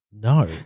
No